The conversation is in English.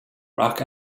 rock